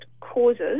causes